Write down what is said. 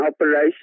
operation